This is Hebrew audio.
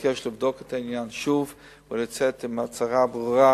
לבקש לבדוק את העניין שוב ולצאת בהצהרה ברורה